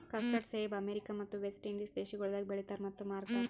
custard ಸೇಬ America ಮತ್ತ West Indies ದೇಶಗೊಳ್ದಾಗ್ ಬೆಳಿತಾರ್ ಮತ್ತ ಮಾರ್ತಾರ್